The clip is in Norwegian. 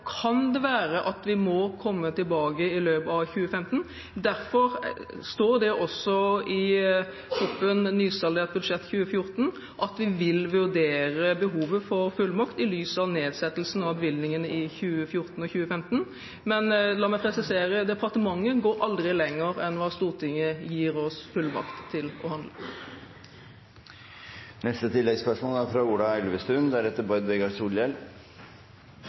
i løpet av 2015. Derfor står det også i proposisjonen, nysaldert budsjett 2014, at vi vil vurdere behovet for fullmakt i lys av nedsettelsen av bevilgningene i 2014 og 2015. Men la meg presisere: Departementet går aldri lenger enn hva Stortinget gir oss fullmakt til. Ola Elvestuen – til oppfølgingsspørsmål. Til spørsmålet om effekten av budsjettforliket: Jeg tror det er